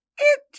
it